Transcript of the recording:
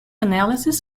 analysis